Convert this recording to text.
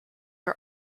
are